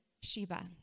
Sheba